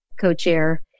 co-chair